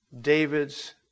David's